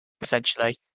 essentially